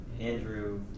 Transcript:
Andrew